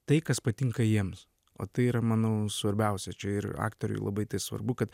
tai kas patinka jiems o tai yra manau svarbiausia čia ir aktoriui labai svarbu kad